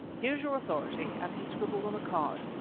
here's your authority, and he scribbled on a card,